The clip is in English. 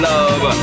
Love